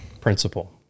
principle